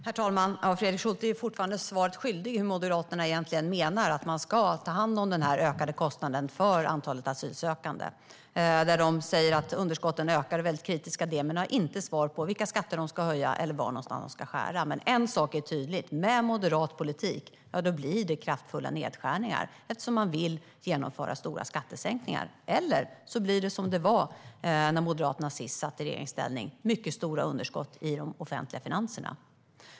Herr talman! Fredrik Schulte är fortfarande svaret skyldig när det gäller hur Moderaterna egentligen menar att man ska ta hand om den ökade kostnaden för de asylsökande. De säger att underskotten ökar och är väldigt kritiska till det men har inte svar på vilka skatter de ska höja eller var någonstans de ska skära. Men en sak är tydlig. Med en moderat politik blir det kraftfulla nedskärningar, eftersom man vill genomföra stora skattesänkningar. Eller så blir det som det var när Moderaterna sist satt i regeringsställning: mycket stora underskott i de offentliga finanserna.